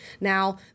Now